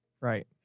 right